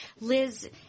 Liz